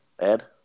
Ed